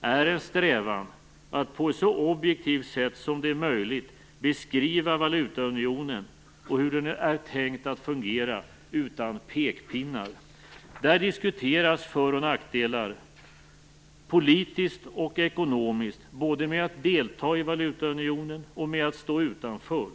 är en strävan att på ett så objektivt sätt som möjligt, utan pekpinnar, beskriva valutaunionen och hur den är tänkt att fungera. Där diskuteras politiska och ekonomiska för och nackdelar både med att delta i valutaunionen och med att stå utanför.